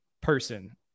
person